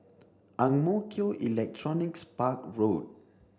Ang Mo Kio Electronics Park Road